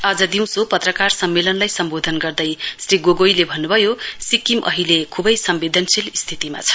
आज दिउँसो पत्रकार सम्मेलनलाई सम्बोधन गर्दै श्री गोगाईले भन्नुभयो सिक्किम अहिले खुवै सम्बेदनशील स्थितिमा छ